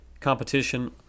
competition